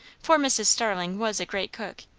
for mrs. starling was a great cook,